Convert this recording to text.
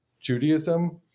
Judaism